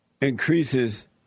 increases